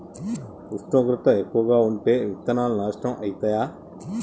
ఉష్ణోగ్రత ఎక్కువగా ఉంటే విత్తనాలు నాశనం ఐతయా?